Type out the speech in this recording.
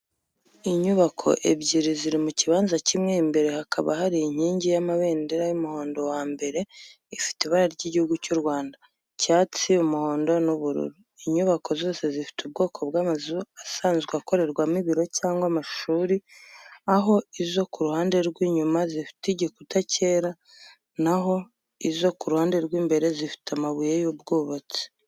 Inyubako ebyiri ziri ku kibanza kimwe imbere hakaba hari inkingi y’amabendera y’umurongo wa mbere ifite ibara ry’igihugu cy’u Rwanda icyatsi, umuhondo, n’ubururu. Inyubako zose zifite ubwoko bw’amazu asanzwe akorerwamo ibiro cyangwa amashuri aho izo ku ruhande rw’inyuma zifite igikuta cyera, naho izo ku ruhande rw’imbere zifite amabuye y’ubwubatsi.